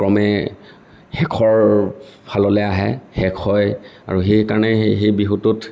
ক্ৰমে শেষৰ ফাললৈ আহে শেষ হয় আৰু সেইকাৰণে সেই বিহুটোত